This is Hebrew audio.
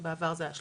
בעבר זה היה 350,